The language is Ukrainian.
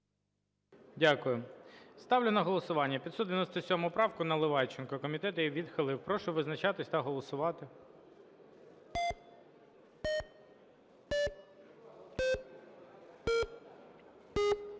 Дякую. Ставлю на голосування 597 правку, Наливайченко. Комітет її відхилив. Прошу визначатись та голосувати.